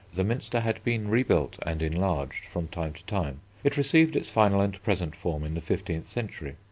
the minster had been rebuilt and enlarged from time to time. it received its final and present form in the fifteenth century.